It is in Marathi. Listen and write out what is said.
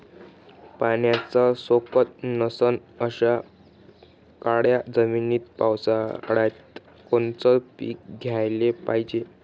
पाण्याचा सोकत नसन अशा काळ्या जमिनीत पावसाळ्यात कोनचं पीक घ्याले पायजे?